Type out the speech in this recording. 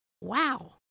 wow